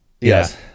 yes